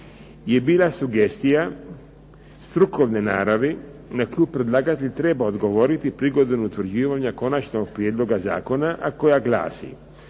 je bila sugestija strukovne naravi na koju predlagatelj treba odgovoriti prigodom utvrđivanja konačnog prijedloga zakona, a koja glasi: